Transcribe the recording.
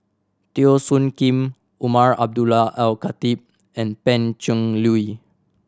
Teo Soon Kim Umar Abdullah Al Khatib and Pan Cheng Lui